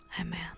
Amen